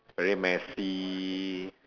very messy